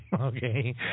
Okay